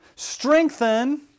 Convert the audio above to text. strengthen